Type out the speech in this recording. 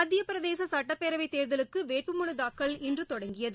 மத்தியப் பிரதேச சட்டப்பேரவைத் தேர்தலுக்கு வேட்புமனு தாக்கல் இன்று தொடங்கியது